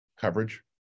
coverage